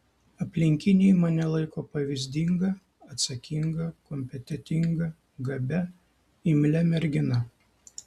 aplinkiniai mane laiko pavyzdinga atsakinga kompetentinga gabia imlia mergina